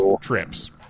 trips